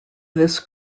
this